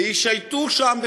וישייטו שם,